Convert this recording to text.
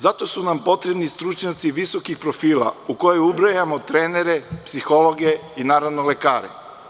Zato su nam potrebni stručnjaci visokih profila u koje ubrajamo trenere, psihologe i lekare.